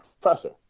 professor